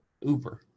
uber